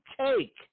take